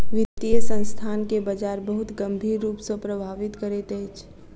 वित्तीय संस्थान के बजार बहुत गंभीर रूप सॅ प्रभावित करैत अछि